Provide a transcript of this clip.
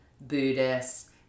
Buddhist